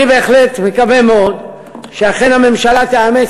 אני בהחלט מקווה מאוד שאכן הממשלה תאמץ